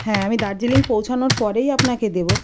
হ্যাঁ আমি দার্জিলিং পৌঁছনোর পরেই আপনাকে দেব